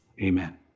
amen